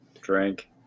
drink